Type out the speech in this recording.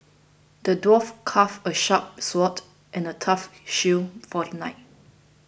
the dwarf crafted a sharp sword and a tough shield for the knight